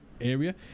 area